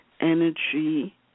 energy